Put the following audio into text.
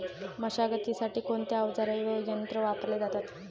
मशागतीसाठी कोणते अवजारे व यंत्र वापरले जातात?